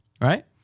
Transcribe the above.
right